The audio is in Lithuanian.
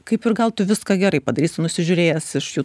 kaip ir gal tu viską gerai padarysi nusižiūrėjęs iš